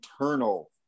internal